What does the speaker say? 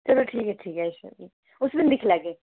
चलो ठीक ऐ ठीक ऐ भी उस दिन दिक्खी लैगे